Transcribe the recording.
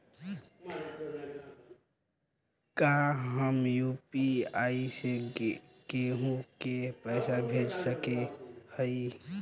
का हम यू.पी.आई से केहू के पैसा भेज सकत हई?